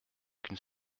qu’une